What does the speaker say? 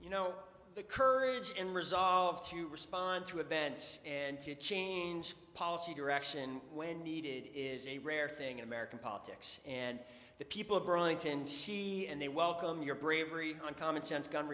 you know the courage and resolve to respond to events and to change policy direction when needed is a rare thing in american politics and the people of burlington see and they welcome your bravery on commonsense gu